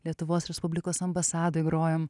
lietuvos respublikos ambasadoj grojom